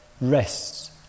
rests